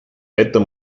wetter